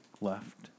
left